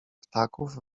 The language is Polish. ptaków